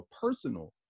personal